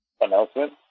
Announcement